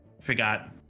Forgot